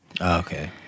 Okay